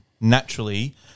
naturally